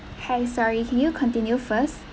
hi sorry can you continue first